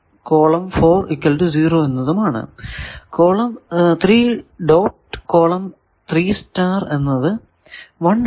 column 3 dot column 3 star എന്നത് 1 ആണ്